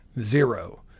zero